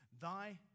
thy